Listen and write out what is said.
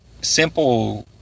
simple